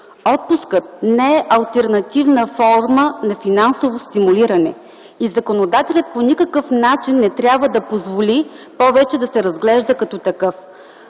Отпускът не е алтернативна форма на финансово стимулиране и законодателят по никакъв начин не трябва да позволи повече да се разглежда като такъв.